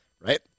right